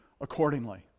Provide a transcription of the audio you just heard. accordingly